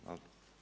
Hvala.